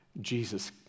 Jesus